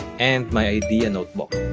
and my idea note book